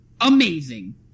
amazing